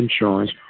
insurance